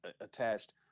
attached